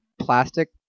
plastic